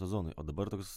sezonui o dabar toks